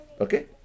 okay